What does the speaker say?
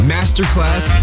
Masterclass